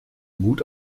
mut